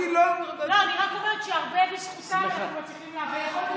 אני רק אומרת שהרבה בזכותם אנחנו מצליחים להעביר את החוק הזה.